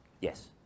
Yes